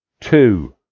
two